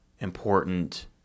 important